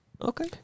Okay